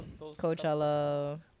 Coachella